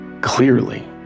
clearly